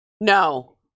No